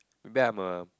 maybe I'm a